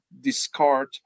discard